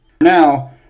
now